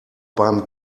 beim